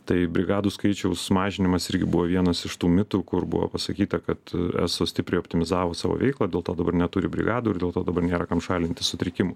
tai brigadų skaičiaus mažinimas irgi buvo vienas iš tų mitų kur buvo pasakyta kad eso stipriai optimizavo savo veiklą dėl to dabar neturi brigadų ir dėl to dabar nėra kam šalinti sutrikimų